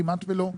כמעט שלא,